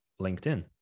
LinkedIn